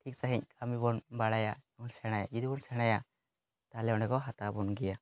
ᱴᱷᱤᱠ ᱥᱟᱺᱦᱤᱡ ᱠᱟᱹᱢᱤ ᱵᱚᱱ ᱵᱟᱲᱟᱭᱟ ᱥᱮᱬᱟᱭᱟ ᱡᱩᱫᱤ ᱵᱚᱱ ᱥᱮᱬᱟᱭᱟ ᱛᱟᱦᱞᱮ ᱚᱸᱰᱮ ᱠᱚ ᱦᱟᱛᱟᱣ ᱵᱚᱱ ᱜᱮᱭᱟ